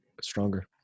stronger